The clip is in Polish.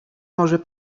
może